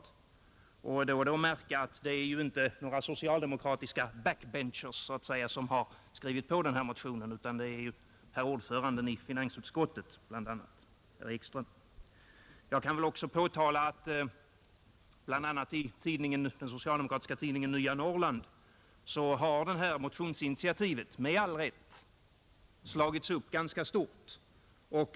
Det är då att märka att det ju inte är några socialdemokratiska backbenchers som har skrivit på motionen, utan bland andra ordföranden i finansutskottet herr Ekström. Jag vill också påtala att bl.a. i den socialdemokratiska tidningen Nya Norrland det här motionsinitiativet, med all rätt, har slagits upp ganska stort.